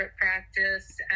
practice